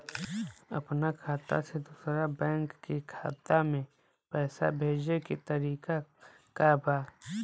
अपना खाता से दूसरा बैंक के खाता में पैसा भेजे के तरीका का बा?